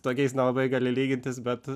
tokiais nelabai gali lygintis bet